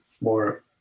more